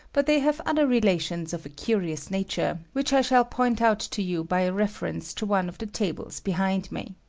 but they have other relations of a curious nature, which i shall point out to you by a reference to one of the tables behind me.